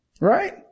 right